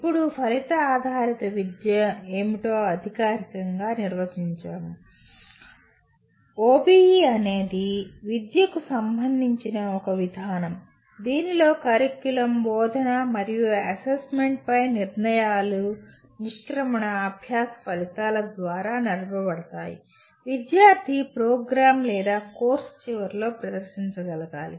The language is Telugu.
ఇప్పుడు ఫలిత ఆధారిత విద్య ఏమిటో అధికారికంగా నిర్వచించిద్దాము OBE అనేది విద్యకు సంబంధించిన ఒక విధానం దీనిలో కరికులం బోధన మరియు అసెస్మెంట్ పై నిర్ణయాలు నిష్క్రమణ అభ్యాస ఫలితాల ద్వారా నడపబడతాయి విద్యార్థి ప్రోగ్రామ్ లేదా కోర్సు చివరిలో ప్రదర్శించాలి